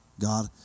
God